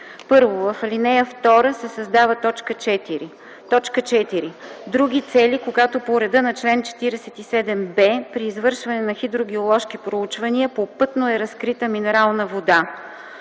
1. В ал. 2 се създава т. 4: „4. други цели, когато по реда на чл. 47б при извършване на хидрогеоложки проучвания попътно е разкрита минерална вода.”